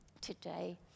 today